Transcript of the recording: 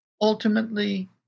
ultimately